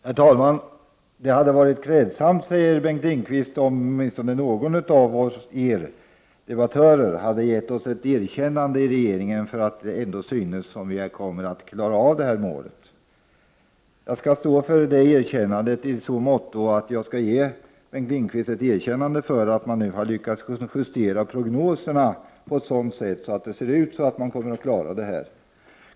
Herr talman! Det hade varit klädsamt, säger Bengt Lindqvist, om åtminstone någon av oss debattörer hade gett regeringen ett erkännande för att det ändå synes som om man kommer att klara målet. Jag skall stå för det erkännandet i så måtto att jag skall ge Bengt Lindqvist ett erkännande för att regeringen nu har lyckats justera prognoserna på ett sådant sätt att det ser ut som om man kommer att klara detta.